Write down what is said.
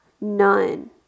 none